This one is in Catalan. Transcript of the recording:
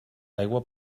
aigua